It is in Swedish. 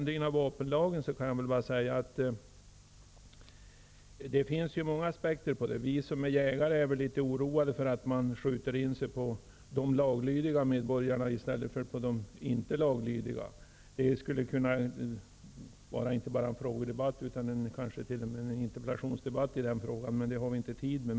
Det finns många aspekter på ändringen av vapenlagen. Vi som är jägare är litet oroade för att man riktar in sig på de laglydiga medborgarna i stället för på dem som inte är laglydiga. Om detta skulle vi kunna hålla inte bara en frågedebatt utan kanske t.o.m. en interpellationsdebatt, men det har vi inte tid med.